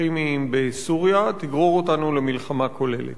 כימיים בסוריה תגרור אותנו למלחמה כוללת.